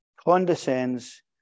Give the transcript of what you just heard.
condescends